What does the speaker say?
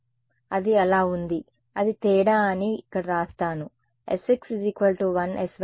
కాబట్టి అది అలా ఉంది అది తేడా అని ఇక్కడ వ్రాస్తాను sx1 sy1